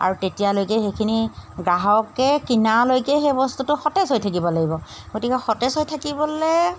আৰু তেতিয়ালৈকে সেইখিনি গ্ৰাহকে কিনালৈকে সেই বস্তুটো সতেজ হৈ থাকিব লাগিব গতিকে সতেজ হৈ থাকিবলৈ